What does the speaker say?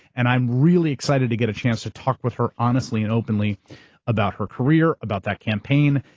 and i'm really excited to get a chance to talk with her honestly and openly about her career, about that campaign,